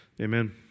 Amen